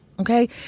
okay